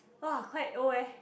!wah! quite old eh